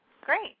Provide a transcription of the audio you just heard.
Great